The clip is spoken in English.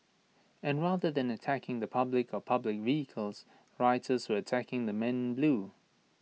and rather than attacking the public or public vehicles rioters were attacking the men blue